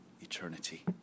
eternity